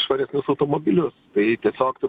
švaresnius automobilius tai tiesiog turbūt